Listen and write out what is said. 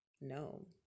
no